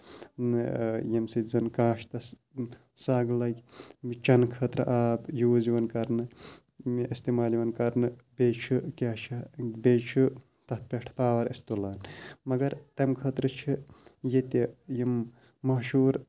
ییٚمہِ سۭتۍ زَن کاشتَس سَگ لَگہِ چنہٕ خٲطرٕ آب یوٗز یوان کرنہٕ اِستعمال یِوان کرنہٕ بیٚیہِ چھُ کیٛاہ چھِ یَتھ بیٚیہِ چھُ تَتھ پیٚٹھ پاور أسۍ تُلان مَگر تَمہِ خٲطرٕ چھِ ییٚتہِ یِم مشہوٗر